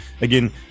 Again